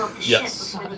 Yes